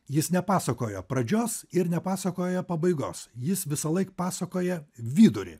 jis nepasakoja pradžios ir nepasakoja pabaigos jis visąlaik pasakoja vidurį